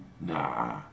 Nah